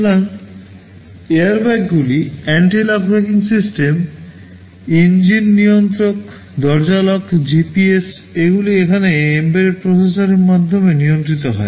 সুতরাং এয়ারব্যাগগুলি anti lock braking system engine নিয়ন্ত্রণ দরজা লক জিপিএস এগুলি এখানে এম্বেডড প্রসেসরের মাধ্যমে নিয়ন্ত্রিত হয়